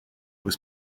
was